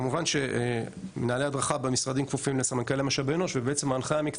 כמובן שמנהלי הדרכה במשרדים כפופים לסמנכ"ל משאבי אנוש,